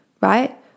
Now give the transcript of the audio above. right